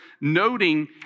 noting